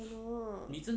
I know